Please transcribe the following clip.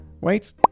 wait